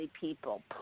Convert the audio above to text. people